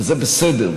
וזה בסדר.